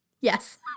yes